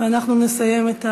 ואנחנו נסיים.